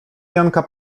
janka